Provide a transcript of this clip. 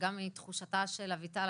שגם מתחושתה של אביטל,